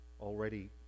already